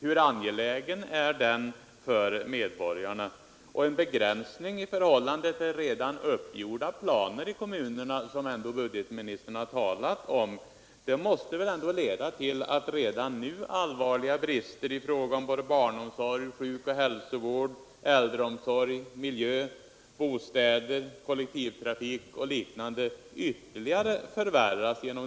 Hur angelägen är den konsumtionen för medborgarna? En begränsning i förhållande till redan uppgjorda planer i kommunerna, som budgetministern talat om, måste leda till att redan nu allvarliga brister i fråga om barnomsorg, sjukoch hälsovård, äldreomsorg, miljö, bostäder, kollektivtrafik och liknande ytterligare förvärras.